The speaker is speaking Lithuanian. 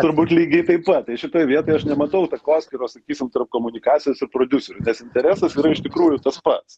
turbūt lygiai taip pat tai šitoj vietoj aš nematau takoskyros sakysim tarp komunikacijos ir prodiuserių nes interesas yra iš tikrųjų tas pats